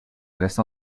reste